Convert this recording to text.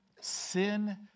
Sin